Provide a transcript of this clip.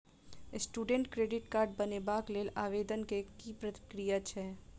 Student credit card बनेबाक लेल आवेदन केँ की प्रक्रिया छै?